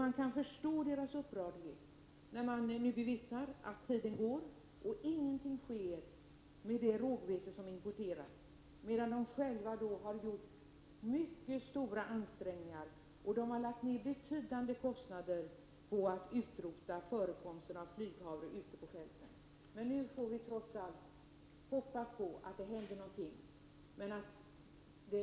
Man kan förstå deras upprördhet, när tiden går och ingenting sker med det rågvete som importeras, medan de själva har gjort mycket stora ansträngningar och har lagt ner betydande kostnader på att utrota flyghavren ute på fälten. Vi får trots allt hoppas att någonting händer.